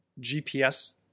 GPS